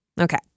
Okay